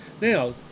Now